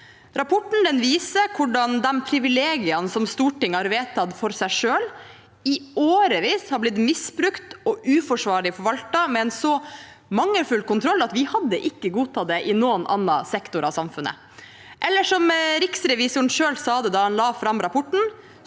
Rapporten viser hvordan privilegiene som Stortinget har vedtatt for seg selv, i årevis har blitt misbrukt og uforsvarlig forvaltet, og med en så mangelfull kontroll at vi ikke hadde godtatt det i noen annen sektor i samfunnet – eller som riksrevisoren selv sa det da han la fram rapporten: